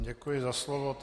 Děkuji za slovo.